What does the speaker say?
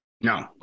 No